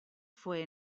fue